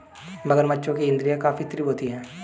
मगरमच्छों की इंद्रियाँ काफी तीव्र होती हैं